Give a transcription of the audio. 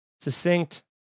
Succinct